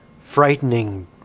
frightening